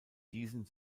diesen